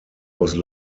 was